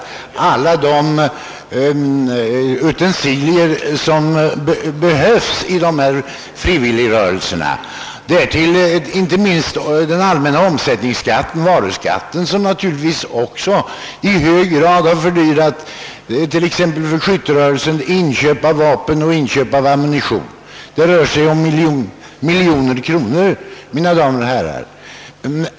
Den prisstegring vi haft här i landet under senare år och inte minst den allmänna varuskatten har fördyrat alla de utensilier som behövs i dessa frivilligrörelser, för skytterörelsen t.ex. vapen och ammunition. Det rör sig, mina damer och herrar, om kostnadsstegringar på miljontals kronor.